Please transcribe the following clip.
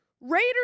Raiders